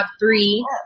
three